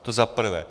To za prvé.